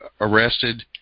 arrested